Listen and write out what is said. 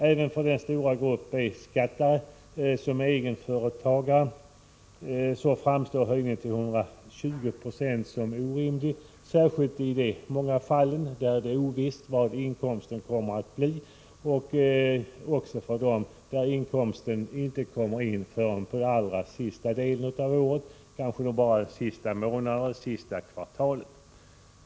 Även för den stora grupp som betalar B-skatt och som är egenföretagare, framstår höjningen till 120 26 som orimlig, särskilt i de många fall där det är ovisst vad inkomsten kommer att bli och också för dem där inkomsten inte kommer in förrän under den allra sista delen av året, kanske under de sista månaderna.